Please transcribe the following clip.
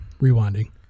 Rewinding